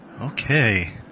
Okay